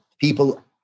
people